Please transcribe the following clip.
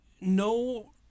No